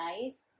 nice